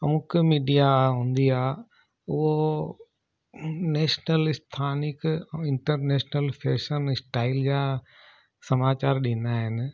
ऐं हिकु मीडिया हूंदी आहे उहो नेशनल स्थानिक ऐं इंटरनेशनल फैशन स्टाइल जा समाचार ॾींदा आहिनि